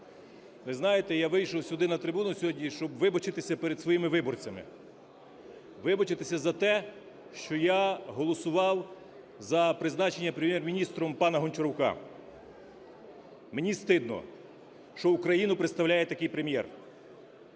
Ви знаєте, я вийшов сюди на трибуну сьогодні, щоб вибачитися перед своїми виборцями, вибачитися за те, що я голосував за призначення Прем'єр-міністром пана Гончарука. Мені стидно, що Україну представляє такий Прем'єр.